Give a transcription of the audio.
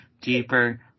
deeper